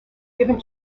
given